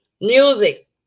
Music